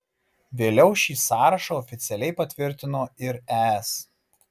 vėliau šį sąrašą oficialiai patvirtino ir es